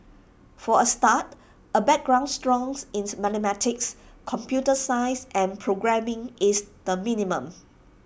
for A start A background strong in mathematics computer science and programming is the minimum